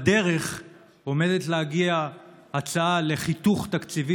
בדרך עומדת להגיע הצעה לחיתוך תקציבי